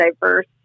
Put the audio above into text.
diverse